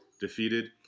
defeated